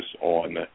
on